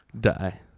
die